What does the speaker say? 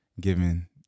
given